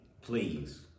Please